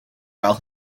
while